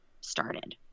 started